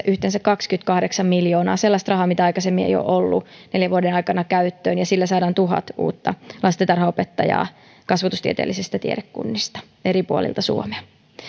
yhteensä kaksikymmentäkahdeksan miljoonaa sellaista rahaa mitä aikaisemmin ei ole ollut neljän vuoden aikana käyttöön ja sillä saadaan tuhat uutta lastentarhanopettajaa kasvatustieteellisistä tiedekunnista eri puolilta suomea